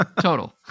total